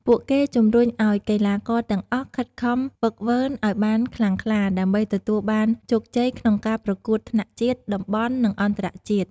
ពួកគេជំរុញឱ្យកីឡាករទាំងអស់ខិតខំហ្វឹកហ្វឺនឱ្យបានខ្លាំងក្លា ដើម្បីទទួលបានជោគជ័យក្នុងការប្រកួតថ្នាក់ជាតិ តំបន់ និងអន្តរជាតិ។